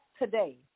today